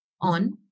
on